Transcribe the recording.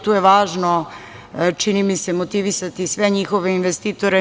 Tu je važno, čini mi se, motivisati sve njihove investitore.